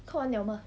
看完了吗